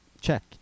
check